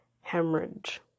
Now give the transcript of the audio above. hemorrhage